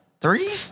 Three